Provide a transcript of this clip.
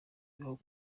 bibaho